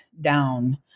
down